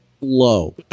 low